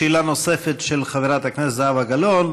שאלה נוספת של חברת הכנסת זהבה גלאון.